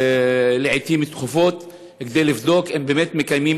לעתים תכופות כדי לבדוק אם באמת מקיימים